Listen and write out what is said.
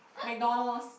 McDonald's